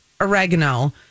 oregano